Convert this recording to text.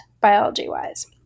biology-wise